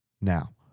Now